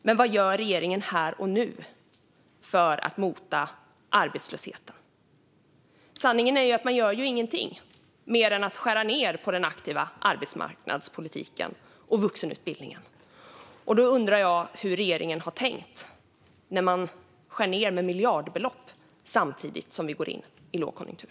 Men vad gör regeringen här och nu för att mota bort arbetslösheten? Sanningen är att man inte gör någonting mer än att skära ned på den aktiva arbetsmarknadspolitiken och vuxenutbildningen. Då undrar jag hur regeringen har tänkt när man skär ned med miljardbelopp samtidigt som vi går in i en lågkonjunktur.